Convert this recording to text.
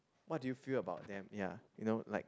what do you feel about them ya you know like